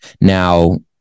Now